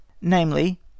namely